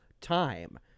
time